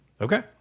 Okay